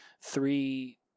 three